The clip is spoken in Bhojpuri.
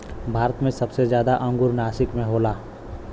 भारत मे सबसे जादा अंगूर नासिक मे होला